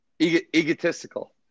Egotistical